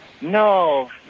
No